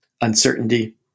uncertainty